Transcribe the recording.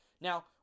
Now